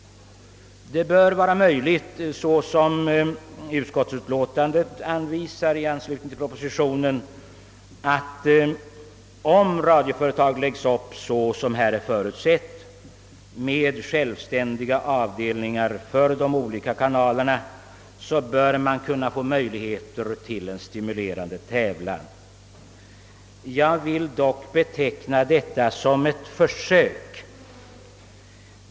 Såsom sägs i utskottsutlåtandet i anslutning till propositionen bör det, om radioföretaget läggs upp såsom har förutsatts med självständiga avdelningar för de olika kanalerna, vara möjligt att åstadkomma en stimulerande tävlan. Jag vill dock beteckna detta som ett försök.